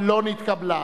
אלקטרוני?